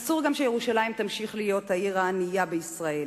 אסור גם שירושלים תמשיך להיות העיר הענייה בישראל.